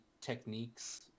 techniques